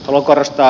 haluan korostaa